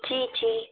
ठीक जी